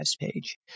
page